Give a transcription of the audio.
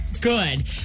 good